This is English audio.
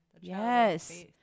Yes